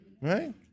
Right